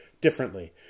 differently